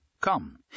Come